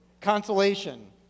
Consolation